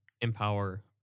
empower